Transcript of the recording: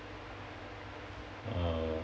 uh